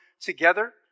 together